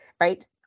right